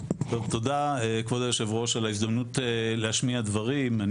תודה כבוד יושב הראש על ההזדמנות להשמיע דברים.